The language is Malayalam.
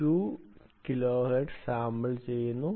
2 കിലോഹെർട്സ് സാമ്പിൾ ചെയ്യുന്നു